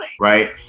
right